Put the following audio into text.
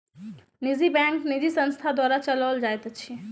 निजी बैंक निजी संस्था द्वारा चलौल जाइत अछि